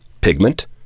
Pigment